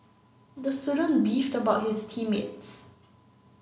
the student beefed about his team mates